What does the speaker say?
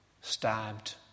stabbed